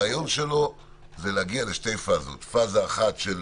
הרעיון שלו זה להגיע לשתי פאזות, פאזה אחת של